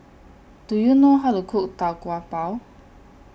Do YOU know How to Cook Tau Kwa Pau